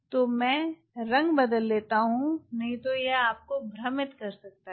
तो मैं रंग बदल लेता हूँ नहीं तो यह आपको भ्रमित कर सकता है